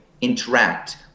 interact